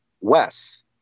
Wes